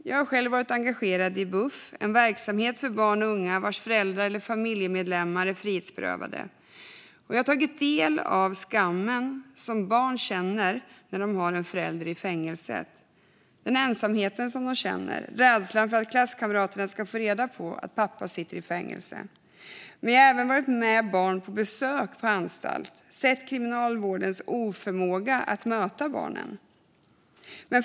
Jag har själv varit engagerad i Bufff, en verksamhet för barn och unga med frihetsberövade föräldrar eller familjemedlemmar. Jag har tagit del av skammen som barn känner när de har en förälder i fängelse, den ensamhet som de känner och rädslan för att klasskamraterna ska få reda på att pappa sitter i fängelse. Jag har även varit med barn på besök på anstalt och sett kriminalvårdens oförmåga att möta barnen.